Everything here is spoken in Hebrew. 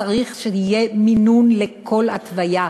צריך שיהיה מינון לכל התוויה,